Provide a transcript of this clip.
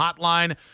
Hotline